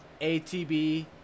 ATB